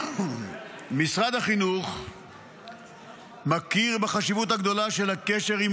משרד החינוך מכיר בחשיבות הגדולה של הקשר עם